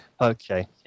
Okay